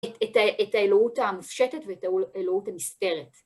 את האלוהות המופשטת ואת האלוהות הנסתרת.